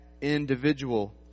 individual